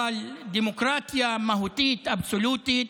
אבל דמוקרטיה מהותית, אבסולוטית,